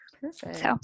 Perfect